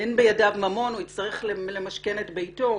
אין בידיו ממון, הוא יצטרך למשכן את ביתו?